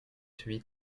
huit